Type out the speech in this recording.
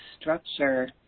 structure